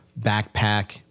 backpack